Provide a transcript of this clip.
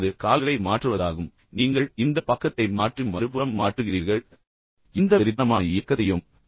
எனவே அது கால்களை மாற்றுவதாகும் எனவே நீங்கள் இந்த பக்கத்தை மாற்றி மறுபுறம் மாற்றுகிறீர்கள் பின்னர் எந்த வெறித்தனமான இயக்கத்தையும் செய்ய வேண்டாம்